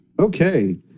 Okay